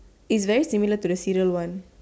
is very similar to the cereal one